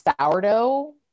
sourdough